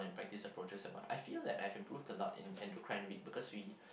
and practice approaches at wh~ I feel like that I improved a lot in endocrine read because we